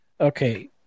Okay